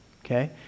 Okay